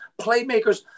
playmakers